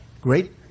great